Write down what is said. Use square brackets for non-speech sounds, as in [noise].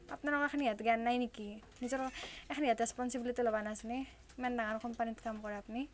আপোনালোকৰ [unintelligible] জ্ঞান নাই নেকি নিজৰ [unintelligible] ৰেছপনছিবিলিটি ল'ব নাজানে ইমান ডাঙৰ কোম্পানীত কাম কৰে আপুনি